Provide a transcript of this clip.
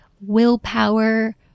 willpower